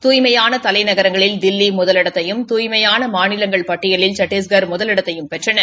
துய்மையான தலைநகரங்களில் தில்லி முதலிடத்தையும் தூய்மையான மாநிலங்கள் பட்டியலில் சத்திஷ்கள் முதலிடத்தையும் பெற்றது